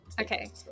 Okay